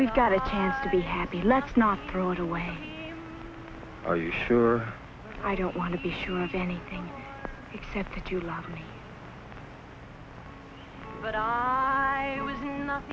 we've got a chance to be happy let's not throw it away are you sure i don't want to be sure of anything except that you love me but i